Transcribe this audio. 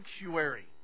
sanctuary